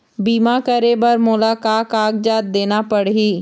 बीमा करे बर मोला का कागजात देना पड़ही?